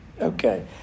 Okay